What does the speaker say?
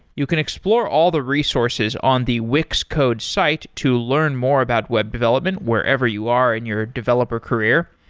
you can explore all the resources on the wix code site to learn more about web development wherever you are in your developer career.